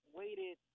waited